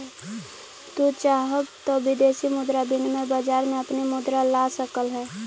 तू चाहव त विदेशी मुद्रा विनिमय बाजार में अपनी मुद्रा लगा सकलअ हे